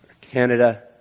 Canada